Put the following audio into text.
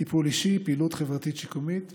טיפול אישי, פעילות חברתית-שיקומית ועוד.